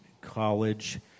college